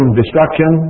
destruction